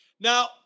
Now